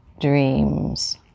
dreams